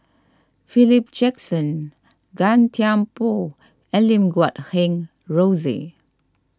Philip Jackson Gan Thiam Poh and Lim Guat Kheng Rosie